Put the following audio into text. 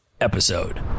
episode